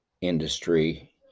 industry